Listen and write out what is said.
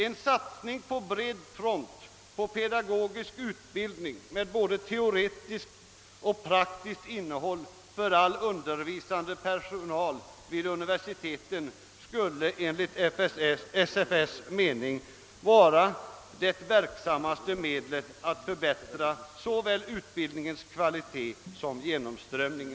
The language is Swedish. En satsning på bred front på pedagogisk utbildning med både teoretiskt och praktiskt innehåll för all undervisande personal vid universiteten, skulle enligt SFS:s mening vara det verksammaste medlet att förbättra såväl utbildningens kvalitet som genomströmningen.»